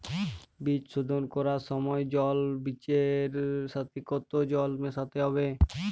বীজ শোধন করার সময় জল বীজের সাথে কতো জল মেশাতে হবে?